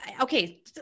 Okay